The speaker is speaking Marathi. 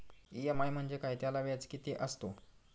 इ.एम.आय म्हणजे काय? त्याला व्याज किती असतो?